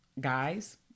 guys